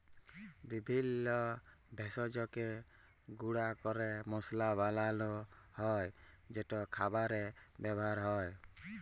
বিভিল্য ভেষজকে গুঁড়া ক্যরে মশলা বানালো হ্যয় যেট খাবারে ব্যাবহার হ্যয়